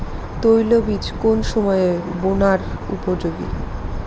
তৈলবীজ কোন সময়ে বোনার উপযোগী?